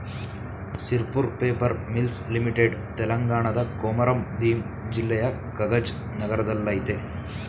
Sirpur paper mills limited ತೆಲಂಗಾಣದ ಕೊಮಾರಂ ಭೀಮ್ ಜಿಲ್ಲೆಯ ಕಗಜ್ ನಗರದಲ್ಲಯ್ತೆ